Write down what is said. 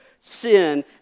sin